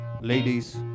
Ladies